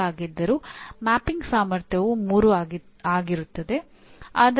ಕಾರ್ಯಕ್ರಮದ ಪರಿಣಾಮಗಳು ಮತ್ತು ಪಠ್ಯಕ್ರಮದ ಪರಿಣಾಮಗಳಿಗಾಗಿ ಶ್ರೇಣಿ 1 ಕ್ಕೆ 175 ಮತ್ತು ಶ್ರೇಣಿ 2 ಕ್ಕೆ 120 ಅಂಕ